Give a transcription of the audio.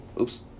oops